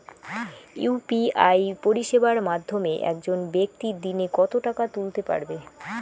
UPI পরিষেবার মাধ্যমে একজন ব্যাক্তি দিনে কত টাকা তুলতে পারবে?